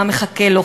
מה מחכה לו.